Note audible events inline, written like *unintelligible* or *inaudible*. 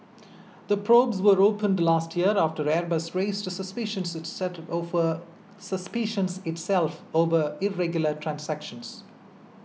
the probes were opened last year after Airbus raised suspicions *unintelligible* itself over irregular transactions